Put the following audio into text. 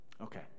Okay